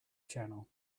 channel